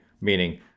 Meaning